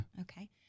Okay